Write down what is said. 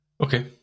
Okay